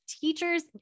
teachers